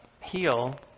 heal